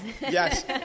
Yes